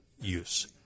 use